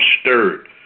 stirred